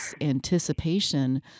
anticipation